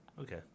Okay